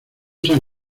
san